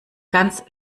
ganz